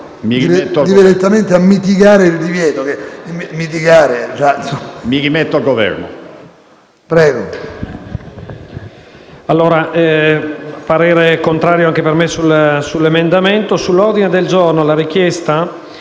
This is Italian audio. rimetto al Governo.